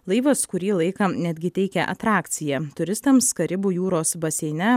laivas kurį laiką netgi teikė atrakciją turistams karibų jūros baseine